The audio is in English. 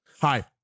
Hi